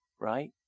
Right